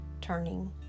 turning